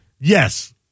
yes